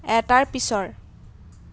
এটাৰ পিছৰ